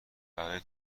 برای